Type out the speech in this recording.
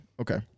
Okay